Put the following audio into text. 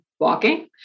walking